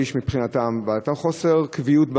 מביש מבחינתן ועל אותו חוסר קביעות בעבודה.